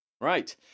right